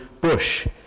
bush